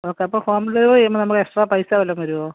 okay അപ്പോൾ home delivery ചെയ്യുമ്പോൾ നമുക്ക് എക്സ്ട്രാ പൈസ വല്ലതും വരുമോ